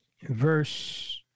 verse